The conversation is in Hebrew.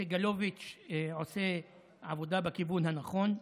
סגלוביץ' עושה עבודה בכיוון הנכון.